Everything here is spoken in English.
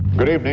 good evening.